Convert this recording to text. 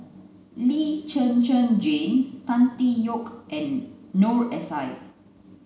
Lee Zhen Zhen Jane Tan Tee Yoke and Noor S I